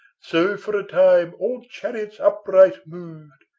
so for a time all chariots upright moved,